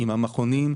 עם המכונים,